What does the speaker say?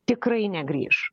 tikrai negrįš